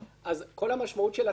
כל המשמעות של אצילה,